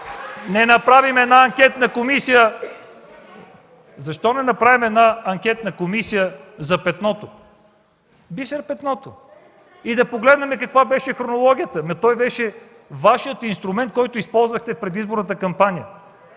и ДПС. Ръкопляскания от ГЕРБ.) Защо не направим една анкетна комисия за Петното – Бисер Петното? Да погледнем каква беше хронологията. Той беше Вашият инструмент, който използвахте в предизборната кампания.